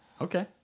Okay